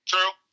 True